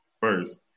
first